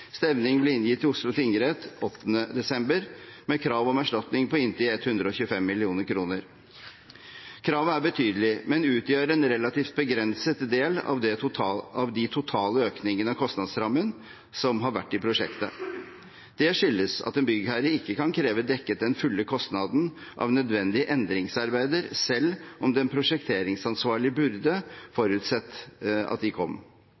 ble inngitt til Oslo tingrett 8. desember, med krav om erstatning på inntil 125 mill. kr. Kravet er betydelig, men utgjør en relativt begrenset del av de totale økningene av kostnadsrammen som har vært i prosjektet. Det skyldes at en byggherre ikke kan kreve dekket den fulle kostnaden av nødvendige endringsarbeider, selv om den prosjekteringsansvarlige burde forutsett at de kom.